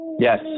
Yes